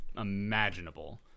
imaginable